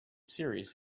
serious